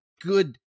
good